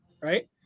right